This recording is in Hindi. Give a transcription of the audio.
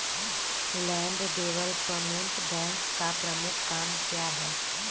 लैंड डेवलपमेंट बैंक का प्रमुख काम क्या है?